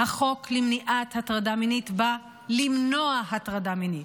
החוק למניעת הטרדה מינית בא למנוע הטרדה מינית.